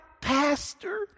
pastor